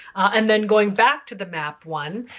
and then going back to the map one,